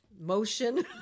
motion